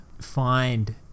find